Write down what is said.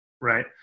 right